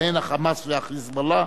ובהן ה"חמאס" וה"חיזבאללה",